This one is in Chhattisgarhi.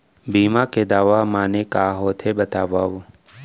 बीमा के दावा माने का होथे बतावव?